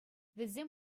вӗсем